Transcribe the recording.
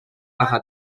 para